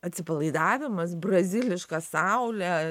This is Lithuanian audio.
atsipalaidavimas braziliška saule